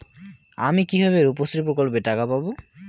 আমি কিভাবে রুপশ্রী প্রকল্পের টাকা পাবো?